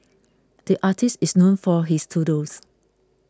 the artist is known for his doodles